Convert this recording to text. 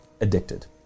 addicted